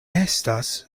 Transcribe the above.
estas